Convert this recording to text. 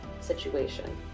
situation